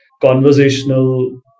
conversational